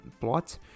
plot